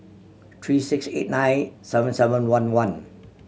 three six eight nine seven seven one one